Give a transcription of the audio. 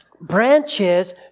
Branches